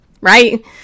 right